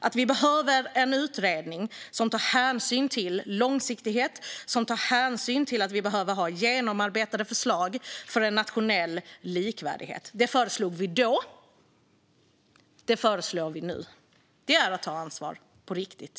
Det behövs en utredning som tar hänsyn till långsiktighet och till att det behövs genomarbetade förslag för nationell likvärdighet. Detta föreslog vi då, och det föreslår vi nu. Det är att ta ansvar på riktigt.